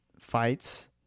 fights